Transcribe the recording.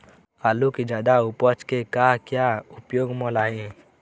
आलू कि जादा उपज के का क्या उपयोग म लाए?